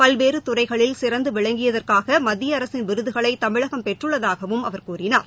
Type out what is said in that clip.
பல்வேறு துறைகளில் சிறந்து விளங்கியதற்காக மத்திய அரசின் விருதுகளை தமிழகம் பெற்றுள்ளதாகவும் அவர் கூறினார்